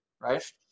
right